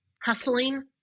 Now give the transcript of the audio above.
hustling